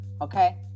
okay